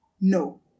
No